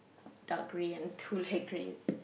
dark grey and two light greys